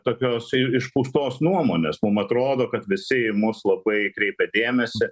tokios išpūstos nuomonės mum atrodo kad visi į mus labai kreipia dėmesį